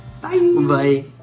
Bye